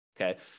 okay